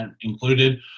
included